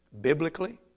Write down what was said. Biblically